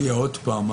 זה מופיע עוד פעמיים.